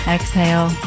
Exhale